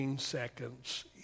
seconds